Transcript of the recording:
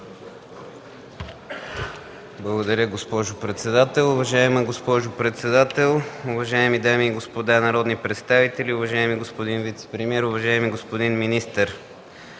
Благодаря, госпожо председател. Уважаема госпожо председател, уважаеми дами и господа народни представители, уважаеми господин вицепремиер, уважаеми господин министър!